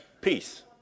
peace